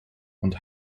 und